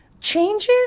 Changes